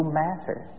matter